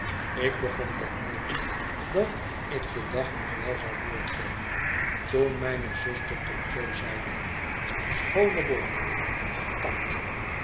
ik begon te hopen dat ik den dag nog wel zou doorkomen toen mijne zuster tot jo zeide schoone borden koud